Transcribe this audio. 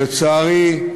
לצערי,